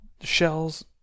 Shell's